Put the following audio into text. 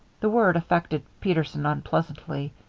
the word affected peterson unpleasantly.